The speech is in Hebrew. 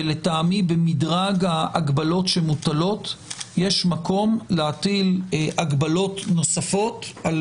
ולטעמי במדרג ההגבלות שמוטלות יש מקום להטיל הגבלות נוספות על